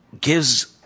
gives